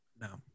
No